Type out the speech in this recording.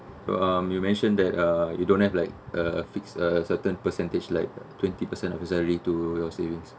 um you mentioned that uh you don't have like a fixed a certain percentage like twenty percent of your salary to your savings